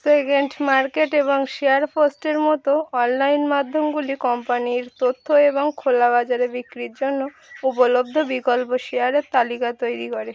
second market এবং share পোস্টের মতো অনলাইন মাধ্যমগুলি কোম্পানির তথ্য এবং খোলা বাজারে বিক্রির জন্য উপলব্ধ বিকল্প শেয়ারের তালিকা তৈরি করে